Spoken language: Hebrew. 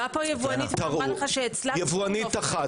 עמדה פה יבואנית- -- יבואנית אחרת.